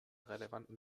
relevanten